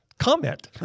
Comment